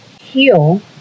heal